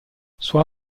sua